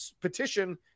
petition